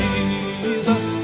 Jesus